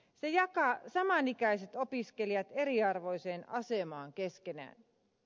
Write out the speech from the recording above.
se jakaa saman ikäiset opiskelijat eriarvoiseen asemaan keskenään